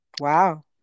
wow